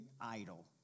idol